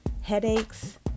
headaches